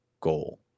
goal